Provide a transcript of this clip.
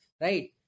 right